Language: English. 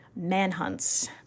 manhunts